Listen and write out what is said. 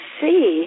see